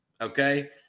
Okay